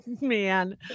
man